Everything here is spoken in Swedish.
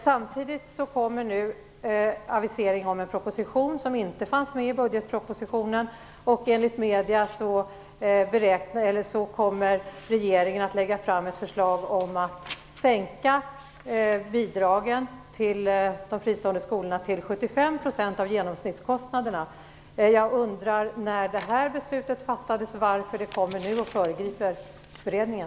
Samtidigt aviseras nu en proposition som inte fanns med i budgetpropositionen, och enligt medierna kommer regeringen att lägga fram ett förslag om att sänka bidragen till de fristående skolorna till 75 % av genomsnittskostnaderna. Jag undrar när detta beslut fattades och varför det kommer nu och föregriper resultatet av beredningen.